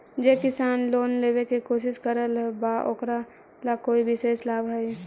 जे किसान लोन लेवे के कोशिश कर रहल बा ओकरा ला कोई विशेष लाभ हई?